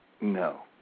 no